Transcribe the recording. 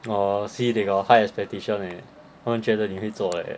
orh see they got high expectation leh 他们觉得你会做 leh